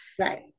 right